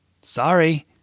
Sorry